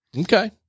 okay